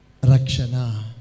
Rakshana